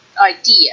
Idea